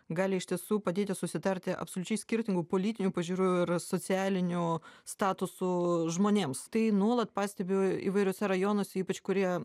gali iš tiesų padėti susitarti absoliučiai skirtingų politinių pažiūrų ir socialinių statusų žmonėms tai nuolat pastebiu įvairiuose rajonuose ypač kurie